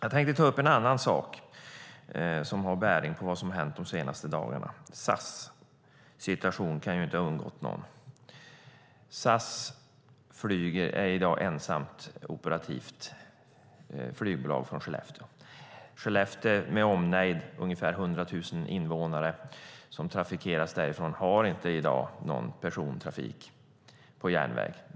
Jag tänkte ta upp en annan sak som har bäring på vad som har hänt de senaste dagarna, nämligen SAS. Situationen kan inte ha undgått någon. SAS är i dag ensamt operativt flygbolag från Skellefteå. Skellefteå med omnejd - det är ungefär 100 000 invånare som trafikeras därifrån - har i dag ingen persontrafik på järnväg.